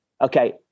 okay